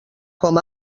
com